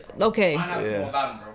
Okay